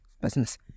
Business